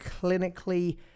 clinically